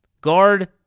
Guard